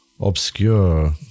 obscure